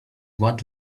what